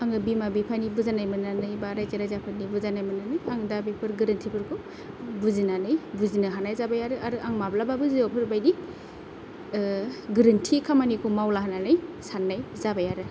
आङो बिमा बिफानि बुजायनाय मोननानै बा रायजो राजाफोरनि बुजायनाय मोननानै आं दा बेफोर गोरोन्थिफोरखौ बुजिनानै बुजिनो हानाय जाबाय आरो आरो आं माब्लाबो जिउआव बेफोरबायदि गोरोन्थि खामानिखौ मावला होननानै साननाय जाबाय आरो